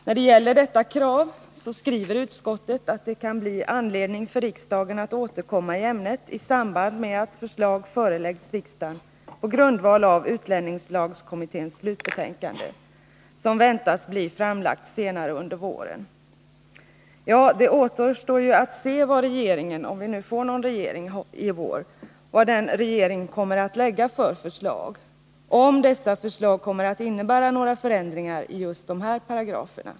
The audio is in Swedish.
När det gäller detta krav skriver utskottet att det kan bli anledning för riksdagen att återkomma i ämnet i samband med att förslag föreläggs riksdagen på grundval av utlänningslagskommitténs slutbetänkande, som väntas bli framlagt senare under våren. Ja, det återstår ju att se vilka förslag regeringen —- om vi nu får någon regering i vår — kommer att lägga fram och om dessa förslag kommer att innebära några förändringar i dessa paragrafer.